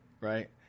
right